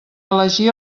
elegir